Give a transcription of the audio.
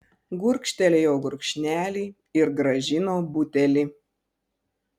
gurkštelėjo gurkšnelį ir grąžino butelį